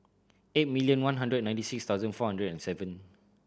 eight million one hundred ninety six thousand four hundred and seven